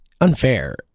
unfair